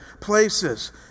places